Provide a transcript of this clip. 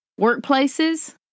workplaces